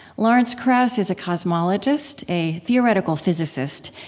lawrence krauss is a cosmologist, a theoretical physicist,